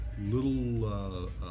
little